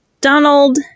donald